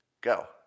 Go